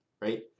right